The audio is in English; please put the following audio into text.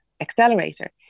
accelerator